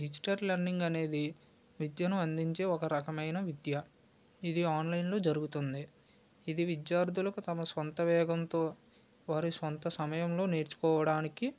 digital learning అనేది విద్యను అందించే ఒక రకమైన విద్య ఇది ఆన్లైన్లో జరుగుతుంది ఇది విద్యార్థులకు తమ సొంత వేగంతో వారి సొంత సమయంలో నేర్చుకోవడానికి